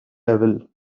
level